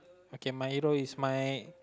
okay my hero is my